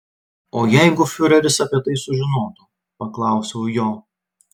o jeigu fiureris apie tai sužinotų paklausiau jo